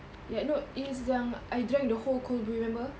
ya no is yang I drank the whole cold brew remember